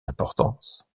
importance